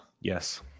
Yes